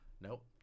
Nope